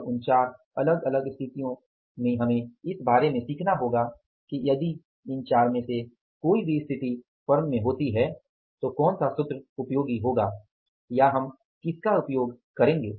और उन चार अलग अलग स्थितियों में हमें इस बारे में सीखना होगा कि यदि इन चार में से कोई भी स्थिति फर्म में होती है तो कौन सा सूत्र उपयोगी होगा या हम किसका उपयोग करेंगे